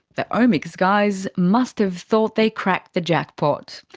the omics guys must have thought they cracked the jackpot.